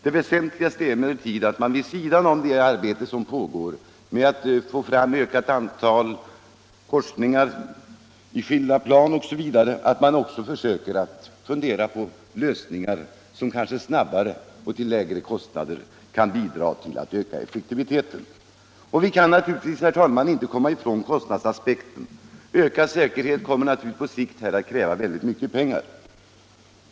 Det väsentligaste är emellertid att man vid sidan om det arbete som pågår med att försöka få fram ett ökat antal korsningar i skilda plan m.m. även funderar på lösningar som kanske snabbare och till lägre kostnader kan bidra till att öka effektiviteten. Vi kan naturligtvis, herr talman, inte komma ifrån kostnadsaspekten. Ökad säkerhet kommer givetvis att på sikt kräva mycket pengar.